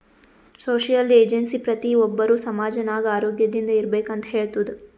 social agency ಪ್ರತಿ ಒಬ್ಬರು ಸಮಾಜ ನಾಗ್ ಆರೋಗ್ಯದಿಂದ್ ಇರ್ಬೇಕ ಅಂತ್ ಹೇಳ್ತುದ್